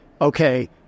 okay